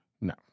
No